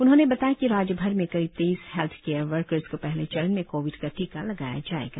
उन्होंने बताया कि राज्यभर में करीब तेईस हेल्थ केयर वर्कर्स को पहले चरण में कोविड का टीका लगाया जाएगा